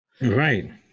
Right